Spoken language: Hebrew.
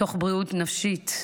תוך בריאות נפשית,